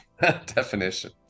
definition